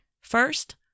First